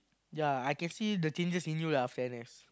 ya I can see the changes in you lah after N_S